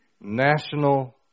National